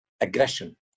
aggression